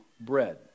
bread